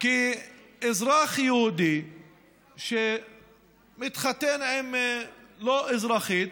כי אזרח יהודי שמתחתן עם לא-אזרחית,